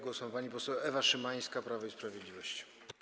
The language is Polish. Głos ma pani poseł Ewa Szymańska, Prawo i Sprawiedliwość.